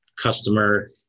customer